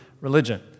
religion